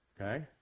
okay